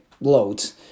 loads